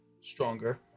stronger